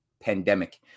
pandemic